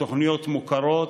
תוכניות מוכרות.